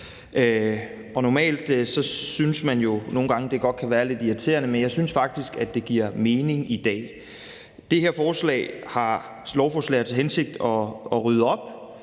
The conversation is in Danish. Normalt synes man jo nogle gange, at det godt kan være lidt irriterende, men jeg synes faktisk, det giver mening i dag. Det her lovforslag har til hensigt at rydde op